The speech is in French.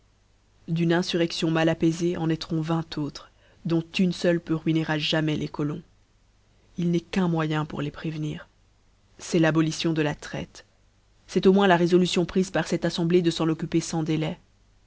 d'une infurreâion mal jappaifée en naî tront vingt autres dont une feule peut ruiner a jamais les colons il n'eu qu'un moyen pour les prévenir c'eft l'abolition de la traite c'eft au moins la résolution prife par cette auemblée de s'en occuper sans délai